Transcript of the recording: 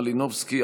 מלינובסקי,